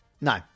No